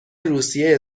روسیه